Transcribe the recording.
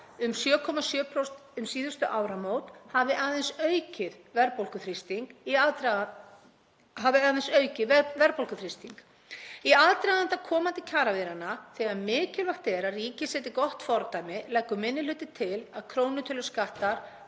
um 7,7% um síðustu áramót hafi aðeins aukið verðbólguþrýsting. Í aðdraganda komandi kjarasamningsviðræðna þegar mikilvægt er að ríkið setji gott fordæmi leggur 2. minni hluti til að krónutöluskattar